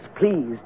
please